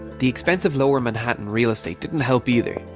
the expensive lower manhattan real estate didn't help either,